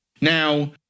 Now